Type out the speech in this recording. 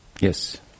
Yes